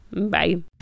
Bye